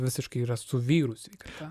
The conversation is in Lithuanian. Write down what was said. visiškai yra su vyrų sveikata